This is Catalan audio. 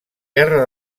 guerra